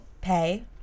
pay